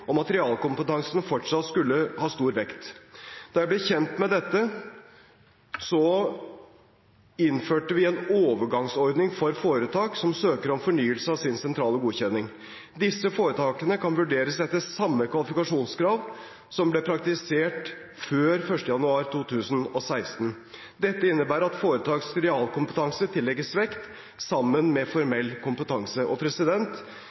om at realkompetanse fortsatt skulle tillegges stor vekt. Da jeg ble kjent med dette, innførte vi en overgangsordning for foretak som søker om fornyelse av sin sentrale godkjenning. Disse foretakene kan vurderes etter samme kvalifikasjonskrav som ble praktisert før 1. januar 2016. Dette innebærer at foretakets realkompetanse tillegges vekt sammen med